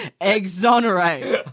exonerate